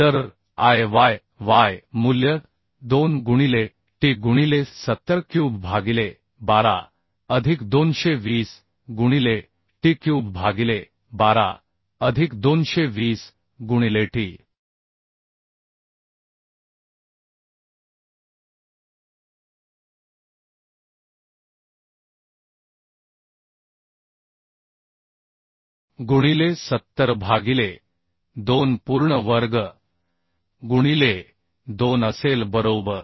तर I yy मूल्य 2 गुणिले t गुणिले 70 क्यूब भागिले 12 अधिक 220 गुणिले t क्यूब भागिले 12 अधिक 220 गुणिलेt गुणिले 70 भागिले 2 पूर्ण वर्ग गुणिले 2 असेल बरोबर